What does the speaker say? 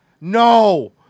No